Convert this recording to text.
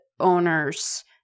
owners